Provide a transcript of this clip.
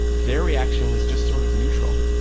their reaction was just sort of neutral.